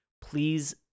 Please